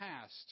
past